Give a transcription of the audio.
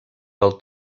del